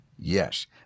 Yes